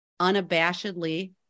unabashedly